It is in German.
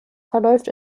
verläuft